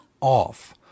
off